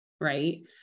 Right